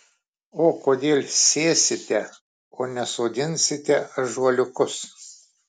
o kodėl sėsite o ne sodinsite ąžuoliukus